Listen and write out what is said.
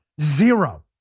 zero